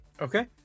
Okay